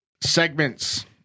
segments